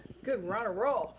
good we're on a roll.